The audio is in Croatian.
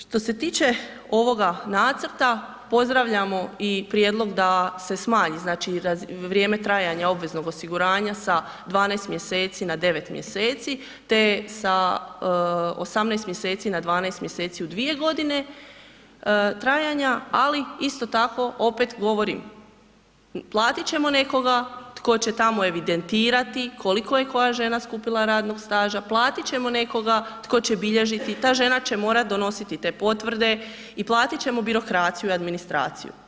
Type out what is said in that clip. Što se tiče ovoga nacrta, pozdravljamo i prijedlog da se smanji znači vrijeme trajanja obveznog osiguranja sa 12 mjeseci na 9 mjeseci te sa 18 mjeseci na 12 mjeseci u 2 godine trajanja, ali isto tako, opet govorim, platit ćemo nekoga tko će tamo evidentirati koliko je koja žena skupila radnog staža, platit ćemo nekoga tko će bilježiti, ta žena će morati donositi te potvrde i platit ćemo birokraciju i administraciju.